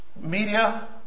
media